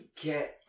get